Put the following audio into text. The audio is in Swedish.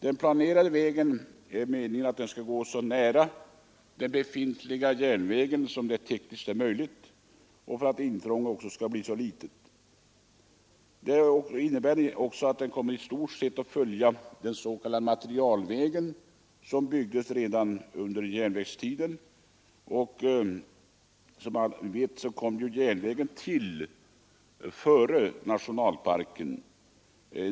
Den planerade vägen skall gå så nära den befintliga järnvägen som det är tekniskt möjligt för att intrånget skall bli så litet som möjligt. Det innebär också att den i stort sett kommer att följa den s.k. materialvägen som byggdes redan under järnvägstiden. Som alla vet kom järnvägen till före nationalparken.